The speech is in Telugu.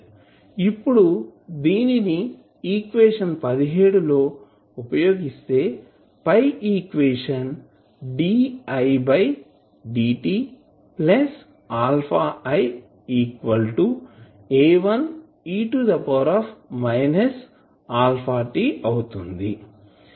ఇప్పుడు దీనిని ఈక్వేషన్ లో ఉపయోగిస్తే పై equation di dt αi A1e αt అవుతుంది